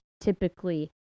typically